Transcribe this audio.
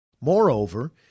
Moreover